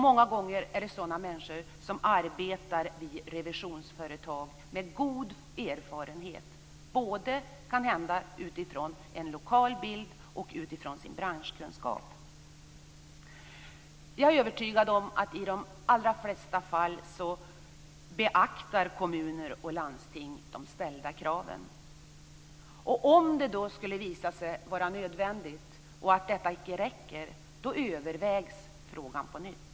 Många gånger är det sådana människor som arbetar i revisionsföretag med god erfarenhet både, kanhända, utifrån en lokal bild och utifrån sin branschkunskap. Jag är övertygad om att i de allra flesta fall beaktar kommuner och landsting de ställda kraven. Om det då skulle visa sig vara nödvändigt och att detta inte räcker övervägs frågan på nytt.